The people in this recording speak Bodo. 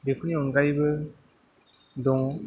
बेफोरनि अनगायैबो दं